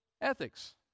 ethics